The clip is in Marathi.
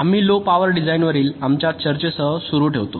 आम्ही लो पॉवर डिझाइनवरील आमच्या चर्चेसह सुरू ठेवतो